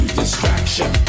distraction